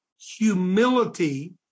humility